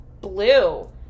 blue